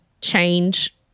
change